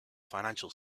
financial